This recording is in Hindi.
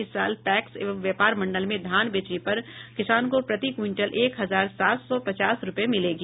इस साल पैक्स व व्यापार मंडल में धान बेचने पर किसान को प्रति क्विंटल एक हजार सात सौ पचास रुपए मिलेगी